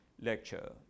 lecture